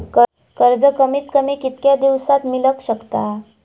कर्ज कमीत कमी कितक्या दिवसात मेलक शकता?